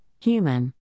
Human